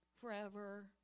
forever